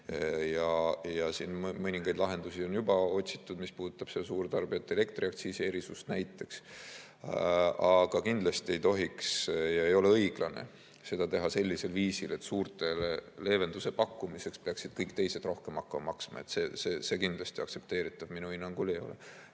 Siin mõningaid lahendusi on juba otsitud, mis puudutab suurtarbijate elektriaktsiisi erisust näiteks, aga kindlasti ei tohiks ja ei ole õiglane seda teha sellisel viisil, et suurtele leevenduse pakkumiseks peaksid kõik teised rohkem hakkama maksma. See kindlasti aktsepteeritav minu hinnangul ei